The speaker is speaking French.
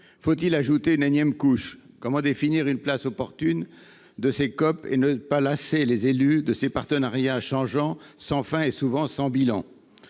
Faut il ajouter une énième couche ? Comment définir une place opportune pour les COP régionales ? Comment ne pas lasser les élus de ces partenariats changeants, sans fin et souvent sans bilan,